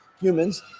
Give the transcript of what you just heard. humans